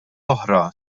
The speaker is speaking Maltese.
oħra